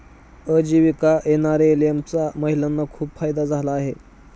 आजीविका एन.आर.एल.एम चा महिलांना खूप फायदा झाला आहे